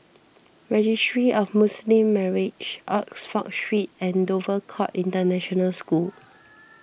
Registry of Muslim Marriages Oxford Street and Dover Court International School